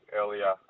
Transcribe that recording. earlier